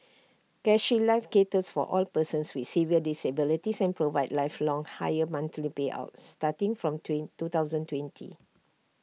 CareShield life caters for all persons with severe disabilities and provides lifelong higher monthly payouts starting from twin two thousand twenty